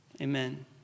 Amen